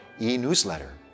e-newsletter